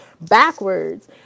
backwards